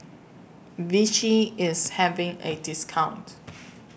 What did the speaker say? Vichy IS having A discount